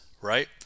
right